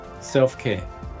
self-care